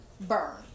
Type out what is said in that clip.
burn